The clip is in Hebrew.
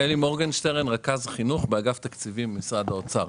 אני רכז חינוך באגף תקציבים במשרד האוצר.